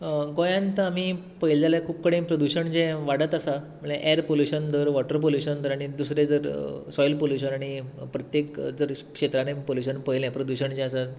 गोंयात आमी पळयलें जाल्यार खूब कडेन प्रदूशण जें वाडत आसा म्हळ्यार ऐर पोल्यूशन धर वॉटर पोल्यूशन धर आनी दुसरें धर सॉयल पोल्यूशन आनी प्रत्येक जर क्षेत्रांनी प्रदूशण पयलें प्रदूशण जें आसा